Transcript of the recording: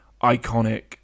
iconic